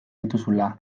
dituzula